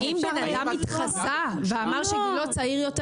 אי אפשר ל --- אם בן אדם התחזה ואמר שגילו צעיר יותר,